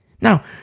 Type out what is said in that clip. Now